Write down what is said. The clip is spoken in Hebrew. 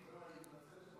אני מתנצל.